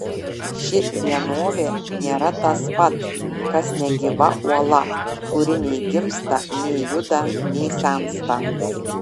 ši vienovė nėra tas pat kas negyva uola kuri nei gimsta nei juda nei sensta